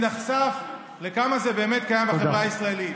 אני נחשף לכמה זה באמת קיים בחברה הישראלית,